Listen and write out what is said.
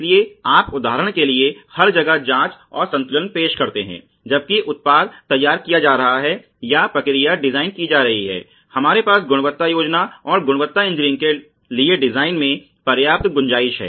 इसलिए आप उदाहरण के लिए हर जगह जांच और संतुलन पेश करते हैं जबकि उत्पाद तैयार किया जा रहा है या प्रक्रिया डिजाइन की जा रही है हमारे पास गुणवत्ता योजना और गुणवत्ता इंजीनियरिंग के लिए डिजाइन में पर्याप्त गुंजाइश है